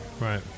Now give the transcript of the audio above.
right